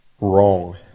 Wrong